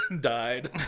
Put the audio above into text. died